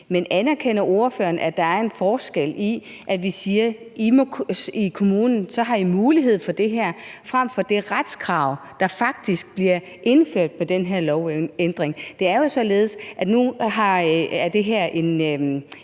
Men anerkender ordføreren, at der er en forskel på, at vi siger, at man i kommunen har mulighed for det her, og så at man har et retskrav på det, som der faktisk bliver indført med den her lovændring. Det er jo således, at det her er